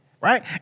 right